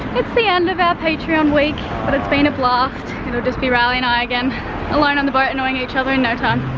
it's the end of our patron week but it's been a blast. it'll just be riley and i again alone on the boat annoying each other in no time.